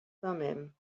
thummim